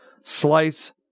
Slice